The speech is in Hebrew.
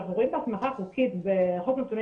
כשאנחנו רואים בהסמכה החוקית בחוק נתוני